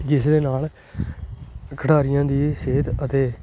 ਜਿਸ ਦੇ ਨਾਲ ਖਿਡਾਰੀਆਂ ਦੀ ਸਿਹਤ ਅਤੇ